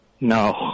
No